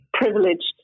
privileged